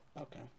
Okay